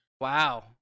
Wow